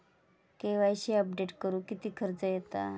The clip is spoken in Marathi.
के.वाय.सी अपडेट करुक किती खर्च येता?